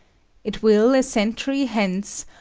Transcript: it will, a century hence,